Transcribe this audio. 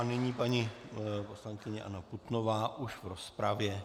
Nyní paní poslankyně Anna Putnová už v rozpravě.